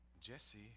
Jesse